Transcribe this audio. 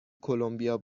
کلمبیا